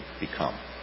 become